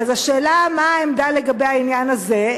אז השאלה: מה העמדה לגבי העניין הזה?